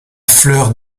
fleur